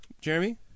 jeremy